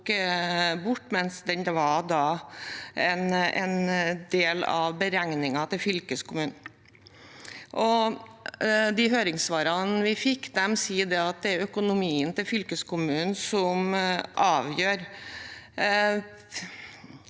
mens det da var en del av beregningen til fylkeskommunen. De høringssvarene vi fikk, sier at det er økonomien til fylkeskommunen som avgjør.